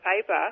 paper